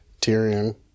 Tyrion